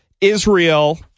Israel